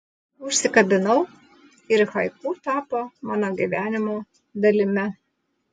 užsikabinau ir haiku tapo mano gyvenimo dalimi